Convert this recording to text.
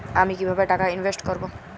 আমি কিভাবে টাকা ইনভেস্ট করব?